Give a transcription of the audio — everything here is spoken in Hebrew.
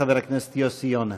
חבר הכנסת יוסי יונה.